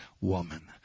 woman